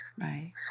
Right